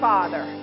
Father